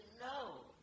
No